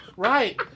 Right